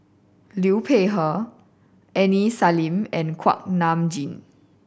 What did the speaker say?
Liu Peihe Aini Salim and Kuak Nam Jin